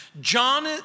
John